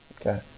Okay